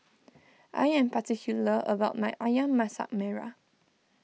I am particular about my Ayam Masak Merah